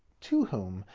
to whom,